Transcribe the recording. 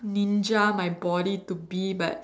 ninja my body to be but